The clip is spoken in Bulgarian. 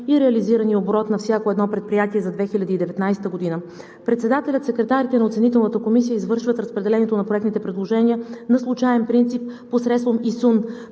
и реализирания оборот на всяко едно предприятие за 2019 г. Председателят и секретарите на оценителната комисия извършват разпределението на проектните предложения на случаен принцип, посредством ИСУН.